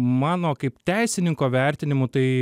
mano kaip teisininko vertinimu tai